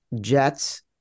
Jets